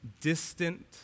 distant